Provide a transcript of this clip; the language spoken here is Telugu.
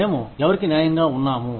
మేము ఎవరికి న్యాయంగా ఉన్నాము